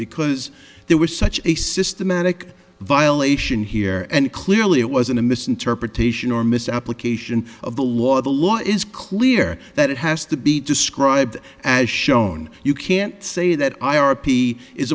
because there was such a systematic violation here and clearly it wasn't a misinterpretation or misapplication of the law the law is clear that it has to be described as shown you can't say that i